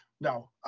no